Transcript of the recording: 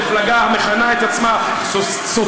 מפלגה המכנה את עצמה סוציאל-דמוקרטית,